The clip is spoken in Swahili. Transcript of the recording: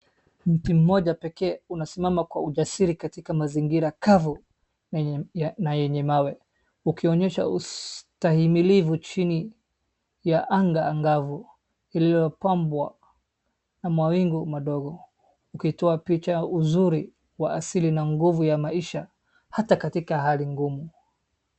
Mti mmoja pekee unasimama kwa ujasiri katika mazingira kavu na yenye mawe. Ukionyesha ustahimilivu chini ya anga angafu ilikobwa na mawingu madogo. Ukitoa picha uzuri wa asili na nguvu ya maisha ata katika hali ngumu.